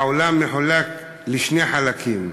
העולם מחולק לשני חלקים,